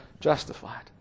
justified